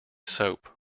soap